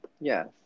yes